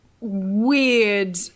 weird